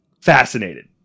fascinated